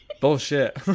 Bullshit